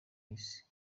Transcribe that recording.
y’isi